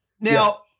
Now